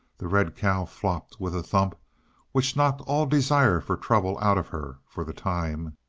the red cow flopped with a thump which knocked all desire for trouble out of her for the time.